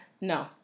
No